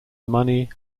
money